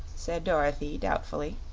said dorothy, doubtfully.